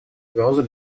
угрозу